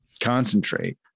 concentrate